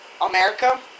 America